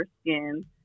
skin